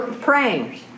Praying